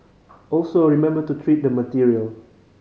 also remember to treat the material